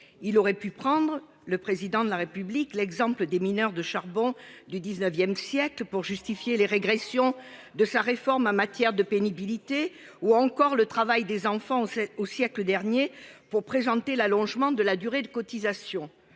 Il aurait pu prendre le président de la République. L'exemple des mineurs de charbon du 19ème siècle pour justifier les régressions de sa réforme en matière de pénibilité ou encore le travail des enfants, c'est au siècle dernier pour présenter l'allongement de la durée de cotisation.